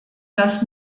das